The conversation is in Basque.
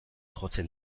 jotzen